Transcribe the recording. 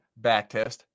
backtest